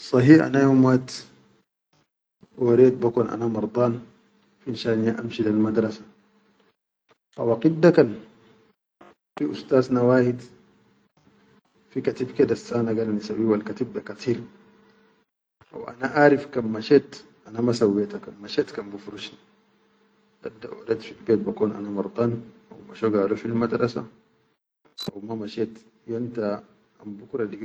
Sahi ana yom wahid oret be kon ana mardan finshan ya amshi lel madaras, waqit da kan ustaz na wahid, fi katib dassana gal na sayyi wal katib da katir wa ana arif kan mashet ana ma sawweta kan mashet da bi furushni dadda oret fil bet gul anan mardan haw masho galo fil madarasa so ma mashet yom ta anbukura.